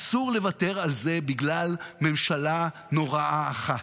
אסור לוותר על זה בגלל ממשלה נוראה אחת.